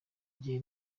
gihe